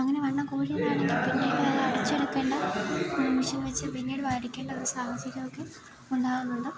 അങ്ങനെ വണ്ണം കൂടിയതാണെങ്കിൽ പിന്നീട് അടിച്ചെടുക്കേണ്ട മെഷീൻ വെച്ച് പിന്നീട് അടിക്കണ്ട ഒരു സാഹചര്യമൊക്കെ ഉണ്ടാകുന്നുണ്ട്